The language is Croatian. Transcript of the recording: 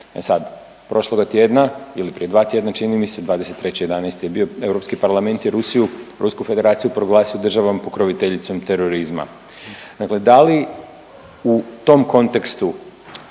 E sad, prošloga tjedna ili prije 2 tjedna, čini mi se, 23.11. je bio, Europski parlament je Rusiju, Rusku Federaciju proglasio državom pokroviteljicom terorizma. Dakle da li u tom kontekstu